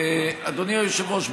אדוני היושב-ראש,